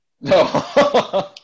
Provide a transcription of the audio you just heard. No